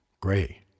gray